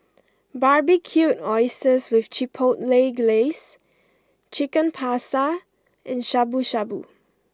Barbecued Oysters with Chipotle Glaze Chicken Pasta and Shabu Shabu